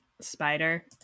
spider